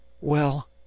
Well